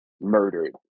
murdered